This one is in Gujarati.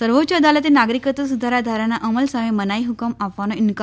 સર્વોચ્ચ અદાલતે નાગરીકત્વ સુધારા ધારાના અમલ સામે મનાઈ હુકમ આપવાનો ઈન્કાર